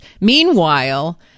Meanwhile